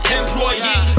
employee